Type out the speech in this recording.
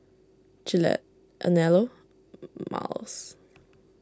Gillette Anello Miles